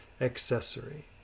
accessory